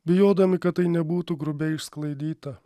bijodami kad tai nebūtų grubiai išsklaidyta